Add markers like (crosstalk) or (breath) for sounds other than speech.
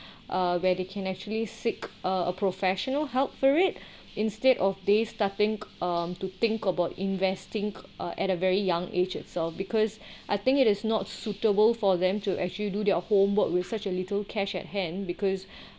uh where they can actually seek a professional help for it (breath) instead of they starting um to think about investing uh at a very young age itself because I think it is not suitable for them to actually do their homework with such a little cash on hand because (breath)